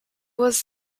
was